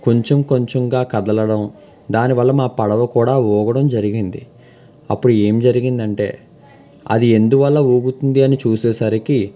కొంచెం కొంచెంగా కదలడం దానివల్ల మా పడవ కూడా ఊగడం జరిగింది అప్పుడు ఏం జరిగిందంటే అది ఎందువల్ల ఊగుతుంది అని చూసేసరికి